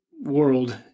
world